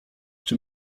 czy